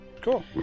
Cool